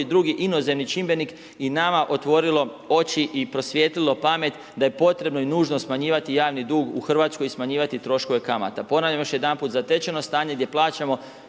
drugi inozemni čimbenik i nama otvorilo oči i prosvijetlilo pamet da je potrebno i nužno smanjivati javni dug u Hrvatskoj i smanjivati troškove kamata. Ponavljam još jedanput, zatečeno stanje gdje plaćamo